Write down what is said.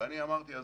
ואני אמרתי עזבו,